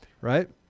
Right